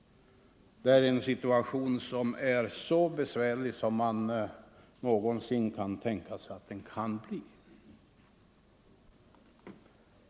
Situationen är så besvärlig som man någonsin kan tänka sig att den kan bli.